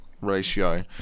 ratio